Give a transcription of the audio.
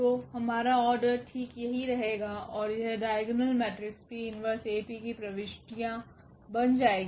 तो हमारा ऑर्डर ठीक यही रहेगा और यह डाइगोनल मेट्रिक्स 𝑃−1𝐴𝑃 की प्रविष्टियां बन जाएगी